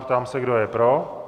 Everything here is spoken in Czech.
Ptám se, kdo je pro.